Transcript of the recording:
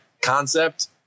concept